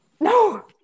No